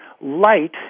Light